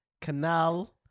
Canal